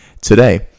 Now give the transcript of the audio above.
today